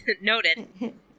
Noted